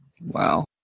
Wow